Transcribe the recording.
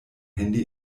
handy